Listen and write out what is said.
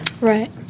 Right